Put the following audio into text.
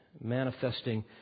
manifesting